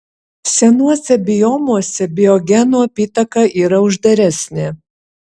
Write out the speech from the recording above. senuose biomuose biogenų apytaka yra uždaresnė